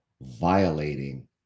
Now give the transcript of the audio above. violating